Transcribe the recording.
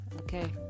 okay